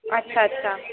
ਅੱਛਾ ਅੱਛਾ